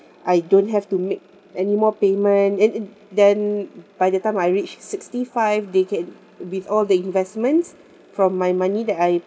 I don't have to make any more payment a~ and then by the time I reach sixty five they can with all the investments from my money that I